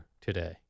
today